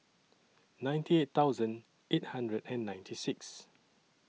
ninety eight thousand eight hundred and ninety six